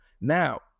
Now